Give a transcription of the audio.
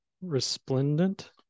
resplendent